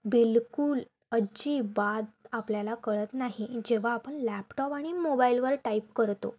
बिलकुल अजिबात आपल्याला कळत नाही जेव्हा आपण लॅपटॉप आणि मोबाईलवर टाईप करतो